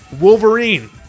Wolverine